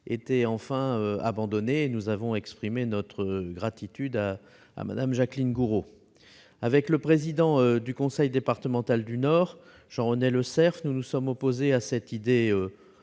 était enfin abandonné. Nous avons exprimé notre gratitude à Mme Jacqueline Gourault. Avec le président du conseil départemental du Nord, Jean-René Lecerf, nous nous sommes opposés à cette idée